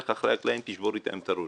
לך אחרי הקלעים ותשבור אתם את הראש.